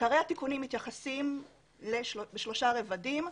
עיקרי התיקונים מתייחסים בשלושה רבדים.